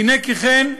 הינה כי כן,